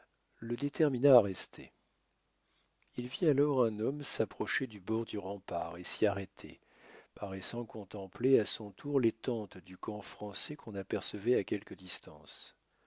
le détermina à rester il vit alors un homme s'approcher du bord du rempart et s'y arrêter paraissant contempler à son tour les tentes du camp français qu'on apercevait à quelque distance